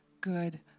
good